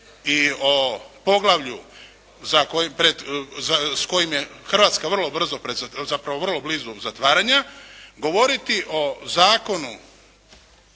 i o poglavlju s kojim je Republika Hrvatska zapravo vrlo blizu zatvaranja, govoriti o zakonu.